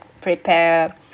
prepare